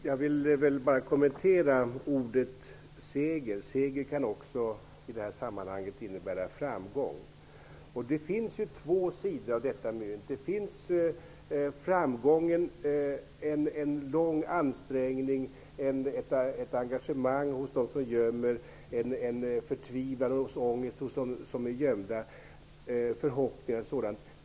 Fru talman! Jag vill bara kommentera ordet seger. ''Seger'' kan i sammanhanget innebära ''framgång''. Det finns ju två sidor av detta mynt. Det finns å ena sidan en lång ansträngning och ett engagemang hos dem som gömmer, och det finns förtvivlan, ångest och förhoppningar hos dem som är gömda.